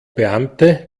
beamte